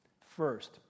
First